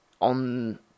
on